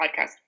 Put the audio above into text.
podcast